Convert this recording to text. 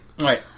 right